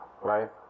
right